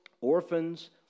orphans